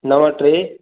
नव टे